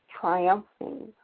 triumphing